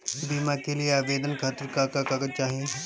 बीमा के लिए आवेदन खातिर का का कागज चाहि?